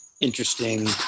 interesting